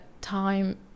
time